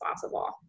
possible